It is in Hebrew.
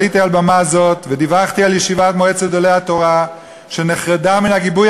עליתי על במה זאת ודיווחתי על ישיבת מועצת גדולי התורה שנחרדה מן הגיבוי